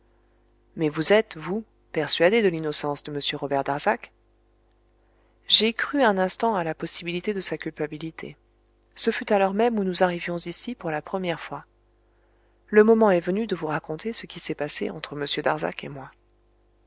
mais vous êtes vous persuadé de l'innocence de m robert darzac j'ai cru un instant à la possibilité de sa culpabilité ce fut à l'heure même où nous arrivions ici pour la première fois le moment est venu de vous raconter ce qui s'est passé entre m darzac et moi